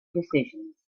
decisions